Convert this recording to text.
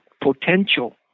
potential